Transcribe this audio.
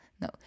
No